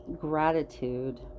Gratitude